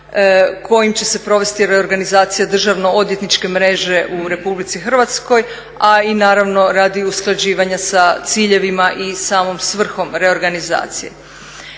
kojim će se provesti reorganizacija državno odvjetničke mreže u Republici Hrvatskoj a i naravno radi usklađivanja sa ciljevima samom svrhom reorganizacije.